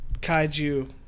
kaiju